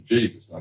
Jesus